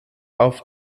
auf